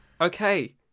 Okay